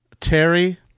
Terry